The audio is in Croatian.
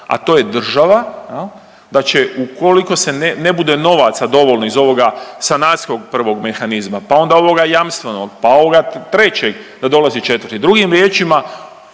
a to je država jel, da će ukoliko se ne bude novaca dovoljno iz ovoga sanacijskom prvog mehanizma, pa onda ovoga jamstvenog, pa ovoga trećeg da dolazi četvrti. Drugim riječima